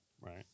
Right